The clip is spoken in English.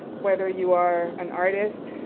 whether you are an artist,